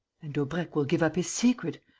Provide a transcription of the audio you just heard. and daubrecq will give up his secret,